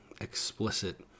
explicit